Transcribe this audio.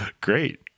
Great